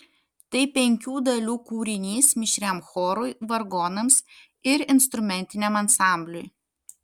tai penkių dalių kūrinys mišriam chorui vargonams ir instrumentiniam ansambliui